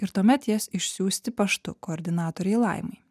ir tuomet jas išsiųsti paštu koordinatorei laimai